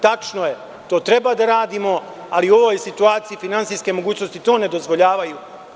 Tačno je, to treba da radimo, ali u ovoj situaciji finansijske mogućnosti to ne dozvoljavaju.